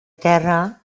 terra